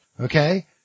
okay